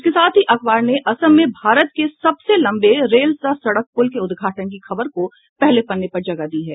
इसके साथ ही अखबार ने असम में भारत के सबसे लम्बे रेल सह सड़क पुल के उद्घाटन की खबर को भी पहले पन्ने पर जगह दी है